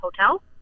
hotel